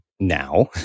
now